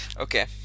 Okay